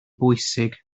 bwysig